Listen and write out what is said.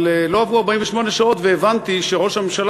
אבל לא עברו 48 שעות והבנתי שראש הממשלה